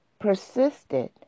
persisted